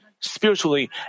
Spiritually